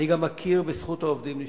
אני גם מכיר בזכות העובדים לשבות.